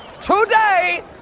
Today